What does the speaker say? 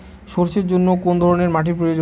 সরষের জন্য কোন ধরনের মাটির প্রয়োজন?